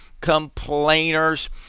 complainers